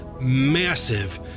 massive